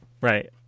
Right